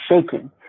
shaking